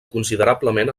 considerablement